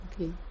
Okay